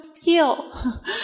heal